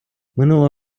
минулого